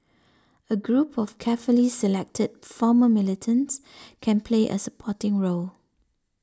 a group of carefully selected former militants can play a supporting role